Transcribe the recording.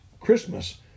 Christmas